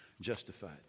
justified